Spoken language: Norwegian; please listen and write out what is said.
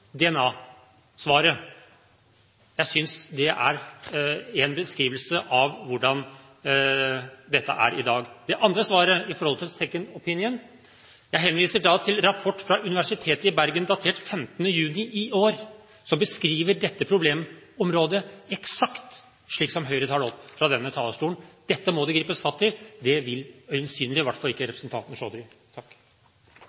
Jeg synes det er en beskrivelse av hvordan dette er i dag. Når det gjelder det andre svaret, med hensyn til «second opinion», henviser jeg til en rapport fra Universitetet i Bergen datert 15. juni i år, som beskriver dette problemområdet eksakt slik som Høyre tar det opp fra denne talerstolen. Dette må det gripes fatt i. Det vil i hvert fall representanten Chaudhry øyensynlig ikke.